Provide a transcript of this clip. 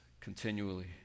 continually